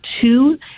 two